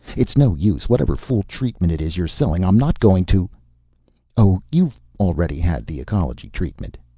it's no use. whatever fool treatment it is you're selling, i'm not going to oh, you've already had the ecology treatment,